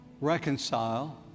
reconcile